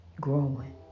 growing